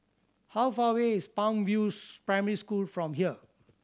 how far away is Palm View Primary School from here